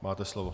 Máte slovo.